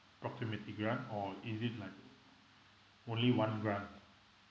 proximity grant or is it like only one grant